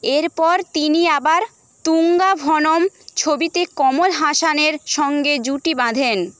এরপর তিনি আবার তুঙ্গা ভনম ছবিতে কমল হাসানের সঙ্গে জুটি বাঁধেন